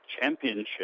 championship